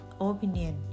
opinion